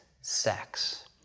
sex